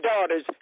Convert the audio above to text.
daughters